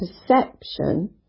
perception